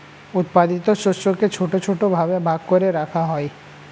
উৎপাদিত শস্যকে ছোট ছোট ভাবে ভাগ করে রাখা হয়